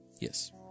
Yes